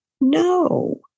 no